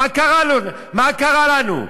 מה קרה לנו?